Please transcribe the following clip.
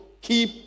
Keep